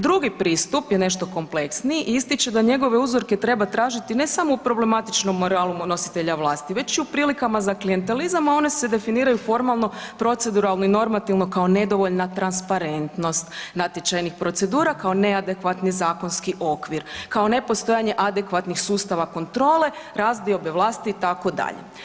Drugi pristup je nešto kompleksniji i ističe da njegove uzorke treba tražiti ne samo u problematičnom moralu nositelja vlasti već i u prilikama za klijentelizam, a one se definiraju formalno, proceduralno i normativno kao nedovoljna transparentnost natječajnih procedura, kao neadekvatni zakoni okvir, kao nepostojanje adekvatnih sustava kontrole razdiobe vlasti itd.